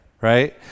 right